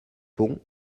pont